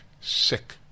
sick